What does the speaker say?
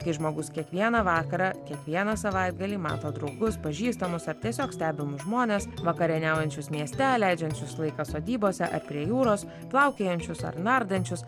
kai žmogus kiekvieną vakarą kiekvieną savaitgalį mato draugus pažįstamus ar tiesiog stebimus žmones vakarieniaujančius mieste leidžiančius laiką sodybose ar prie jūros plaukiojančius ar nardančius